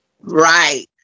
Right